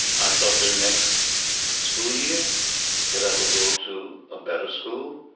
i thought the next school year that i would go to a better school.